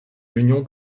l’union